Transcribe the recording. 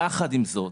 יחד עם זאת,